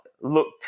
looked